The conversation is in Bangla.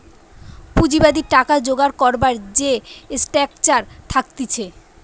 পুঁজিবাদী টাকা জোগাড় করবার যে স্ট্রাকচার থাকতিছে